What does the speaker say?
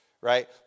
right